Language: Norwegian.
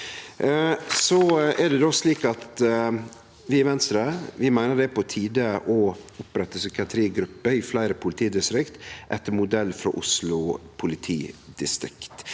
Vi i Venstre meiner det er på tide å opprette psykiatrigrupper i fleire politidistrikt etter modell frå Oslo politidistrikt.